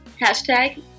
Hashtag